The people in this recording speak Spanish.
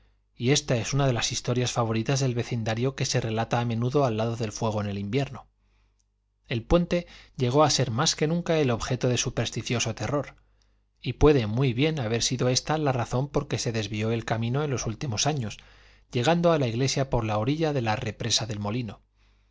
y ésta es una de las historias favoritas del vecindario que se relata a menudo al lado del fuego en el invierno el puente llegó a ser más que nunca el objeto de supersticioso terror y puede muy bien haber sido ésta la razón por qué se desvió el camino en los últimos años llegando a la iglesia por la orilla de la represa del molino